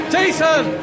Jason